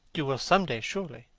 you will some day, surely?